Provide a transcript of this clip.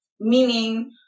Meaning